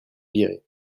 viré